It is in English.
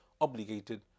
obligated